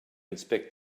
inspect